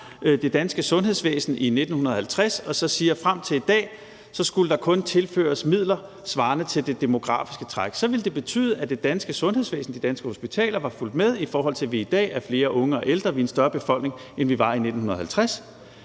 det danske sundhedsvæsen i 1950 og siger, at frem til i dag skulle der kun tilføres midler svarende til det demografiske træk, ville det betyde, at det danske sundhedsvæsen, de danske hospitaler var fulgt med, i forhold til at vi i dag er flere unge og ældre, altså at vi er en større befolkning, end vi var i 1950,